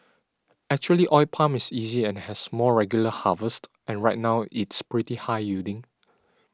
actually oil palm is easy and has more regular harvests and right now it's pretty high yielding